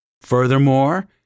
Furthermore